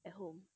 at home